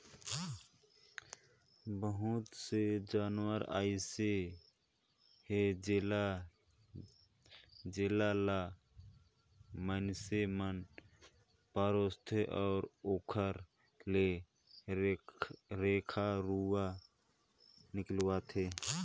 बहुत से जानवर अइसे हे जेला ल माइनसे मन पोसथे अउ ओखर ले रेखा रुवा निकालथे